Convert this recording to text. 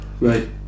Right